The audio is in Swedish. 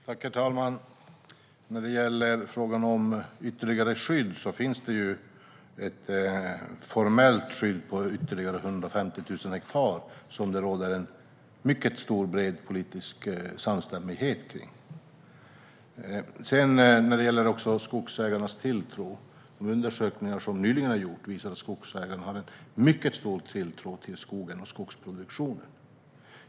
Herr talman! När det gäller frågan om ytterligare skydd kan jag säga att det finns ett formellt skydd för ytterligare 150 000 hektar. Det här är något som det råder en mycket stor och bred politisk samstämmighet om. Undersökningar som nyligen har gjorts visar att skogsägarna har en mycket stor tilltro till skogen och skogsproduktionen.